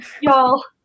y'all